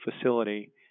facility